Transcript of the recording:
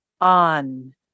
on